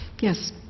Yes